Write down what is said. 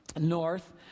north